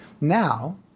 Now